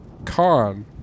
con